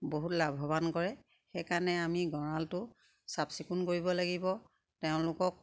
বহুত লাভৱান কৰে সেইকাৰণে আমি গঁৰালটো চাফ চিকুণ কৰিব লাগিব তেওঁলোকক